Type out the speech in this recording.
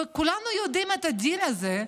כולנו יודעים את הדיל הזה,